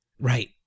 Right